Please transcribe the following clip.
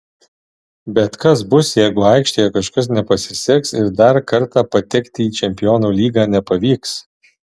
bet kas bus jeigu aikštėje kažkas nepasiseks ir dar kartą patekti į čempionų lygą nepavyks